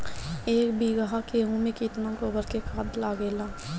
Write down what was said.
एक बीगहा गेहूं में केतना गोबर के खाद लागेला?